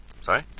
Sorry